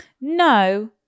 No